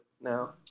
now